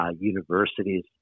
universities